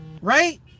Right